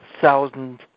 thousand